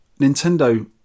Nintendo